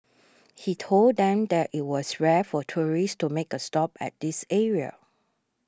he told them that it was rare for tourists to make a stop at this area